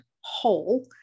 whole